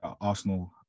Arsenal